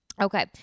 Okay